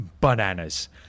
bananas